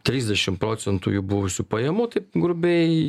trisdešimt procentų jų buvusių pajamų kaip grubiai